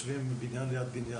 יושבים בניין ליד בניין.